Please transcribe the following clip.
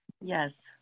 Yes